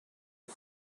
the